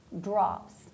drops